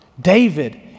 David